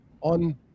on